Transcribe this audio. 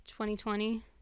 2020